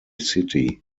city